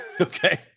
Okay